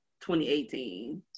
2018